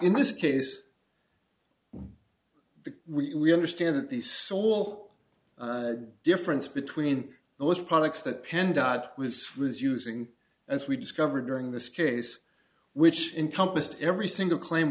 in this case we understand that the sole difference between those products that penn dot was was using as we discovered during this case which encompassed every single claim